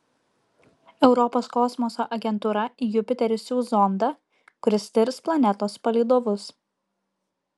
europos kosmoso agentūra į jupiterį siųs zondą kuris tirs planetos palydovus